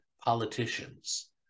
politicians